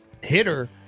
hitter